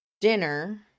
dinner